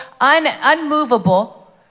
unmovable